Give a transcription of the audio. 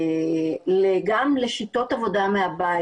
גם לשיטות עבודה מהבית,